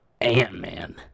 Ant-Man